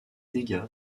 dégâts